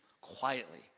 quietly